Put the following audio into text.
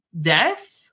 death